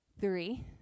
three